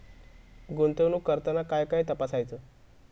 गुंतवणूक करताना काय काय तपासायच?